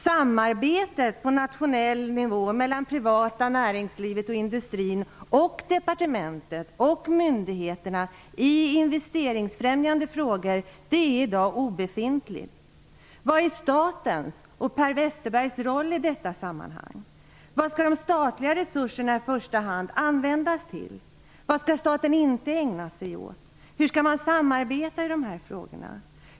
Samarbetet på nationell nivå mellan å ena sidan det privata näringslivet och industrin, å andra sidan departement och myndigheter i investeringsfrämjande syfte är obefintligt. Vilken är statens och Per Westerbergs roll i detta sammanhang? Vad skall de statliga resurserna i första hand användas till? Vad skall staten inte ägna sig åt? Hur skall man samarbeta i dessa frågor?